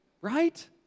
right